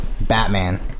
Batman